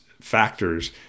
factors